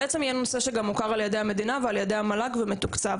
שהנושא יוכר על ידי המדינה ועל ידי המועצה להשכלה גבוהה ויתוקצב.